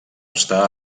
està